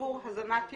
עבור הזנת ילדים,